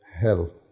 hell